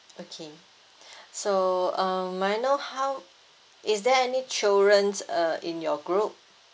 okay so um may I know how is there any children uh in your group